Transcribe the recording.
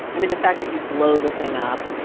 i mean, the fact that you blow the thing up,